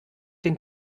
den